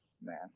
Man